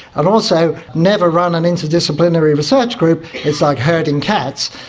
i've also never run an interdisciplinary research group, it's like herding cats,